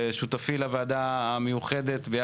צביקה היה שותפי לוועדה המיוחדת לתיקון פקודת המשטרה,